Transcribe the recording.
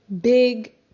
big